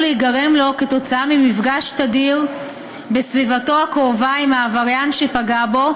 להיגרם לו ממפגש תדיר בסביבתו הקרובה עם העבריין שפגע בו,